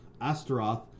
Astaroth